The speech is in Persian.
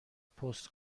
پست